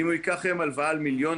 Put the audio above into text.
אם הוא ייקח הלוואה על מיליון,